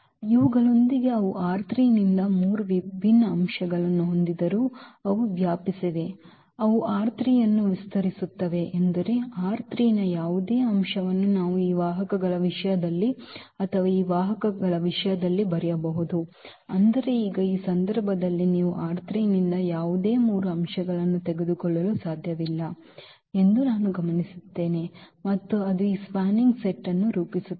ಇವುಗಳೊಂದಿಗೆ ಅವು ನಿಂದ ಮೂರು ವಿಭಿನ್ನ ಅಂಶಗಳನ್ನು ಹೊಂದಿದ್ದರೂ ಅವು ವ್ಯಾಪಿಸಿವೆ ಅವು ಅನ್ನು ವಿಸ್ತರಿಸುತ್ತವೆ ಎಂದರೆ ನ ಯಾವುದೇ ಅಂಶವನ್ನು ನಾವು ಈ ವಾಹಕಗಳ ವಿಷಯದಲ್ಲಿ ಅಥವಾ ಈ ವಾಹಕಗಳ ವಿಷಯದಲ್ಲಿ ಬರೆಯಬಹುದು ಆದರೆ ಈಗ ಈ ಸಂದರ್ಭದಲ್ಲಿ ನೀವು ನಿಂದ ಯಾವುದೇ ಮೂರು ಅಂಶಗಳನ್ನು ತೆಗೆದುಕೊಳ್ಳಲು ಸಾಧ್ಯವಿಲ್ಲ ಎಂದು ನಾವು ಗಮನಿಸುತ್ತೇವೆ ಮತ್ತು ಅದು ಈ spanning set ನ್ನು ರೂಪಿಸುತ್ತದೆ